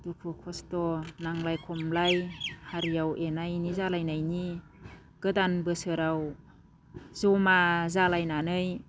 दुखु खस्थ' नांलाय खमलाय हारियाव एना एनि जालायनायनि गोदान बोसोराव जमा जालायनानै